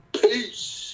Peace